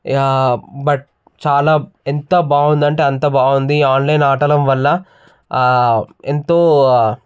but చాలా ఎంత బావుందంటే అంత బాగుంది ఆన్లైన్ ఆటల వల్ల ఎంతో